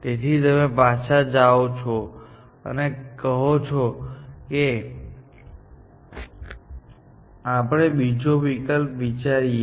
તેથી તમે પાછા જાઓ છો અને કહો છો કે આપણે બીજો વિકલ્પ વિચારીએ